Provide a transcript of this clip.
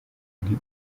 nti